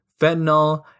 fentanyl